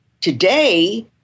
Today